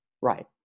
right